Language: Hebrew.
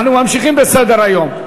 אנחנו ממשיכים בסדר-היום.